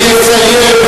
ויסיים,